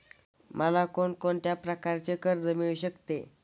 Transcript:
मला कोण कोणत्या प्रकारचे कर्ज मिळू शकते?